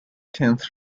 tenth